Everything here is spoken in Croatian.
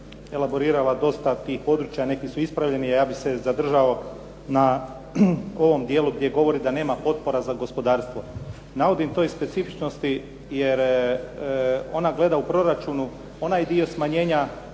je elaborirala dosta tih područja, neki su ispravljeni, a ja bih se zadržao na ovom dijelu gdje govori da nema potpora za gospodarstvo. Navodim to iz specifičnosti jer ona gleda u proračunu onaj dio smanjenja